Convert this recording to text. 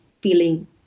feeling